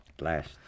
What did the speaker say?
last